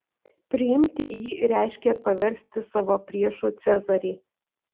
priimti jį reiškė paversti savo priešu cezarį